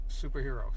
superheroes